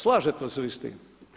Slažete li se vi s tim?